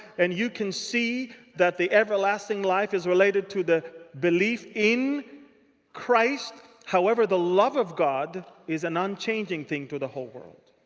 and you can see that the everlasting life is related to the belief in christ. however, the love of god is an unchanging thing to the whole world.